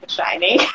shining